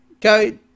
go